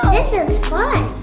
this is fun.